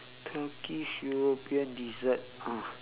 turkish european dessert ah